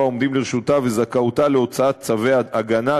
העומדים לרשותה ועל זכאותה להוצאת צווי הגנה,